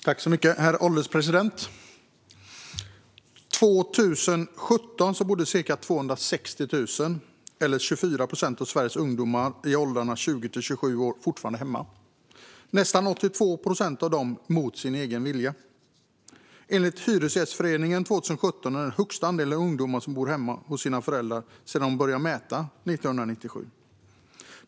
Herr ålderspresident! År 2017 bodde ca 260 000 eller 24 procent av Sveriges ungdomar i åldrarna 20-27 år fortfarande hemma. Nästan 82 procent av dem gjorde det mot sin egen vilja. Enligt Hyresgästföreningen 2017 var detta den högsta andelen ungdomar som bor hemma hos sina föräldrar sedan de började mäta 1997.